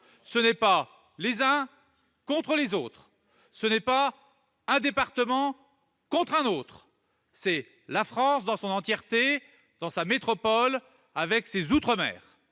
Ce n'est pas les uns contre les autres. Ce n'est pas un département contre un autre. C'est la France dans sa globalité, métropole et outre-mer